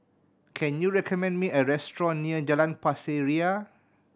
can you recommend me a restaurant near Jalan Pasir Ria